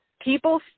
people